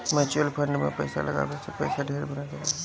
mutual fund में पईसा लगावे से पईसा ढेर बनत हवे